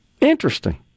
Interesting